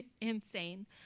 insane